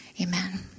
Amen